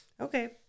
Okay